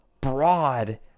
broad